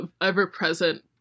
ever-present